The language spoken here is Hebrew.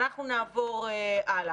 אבל אנחנו נעבור הלאה.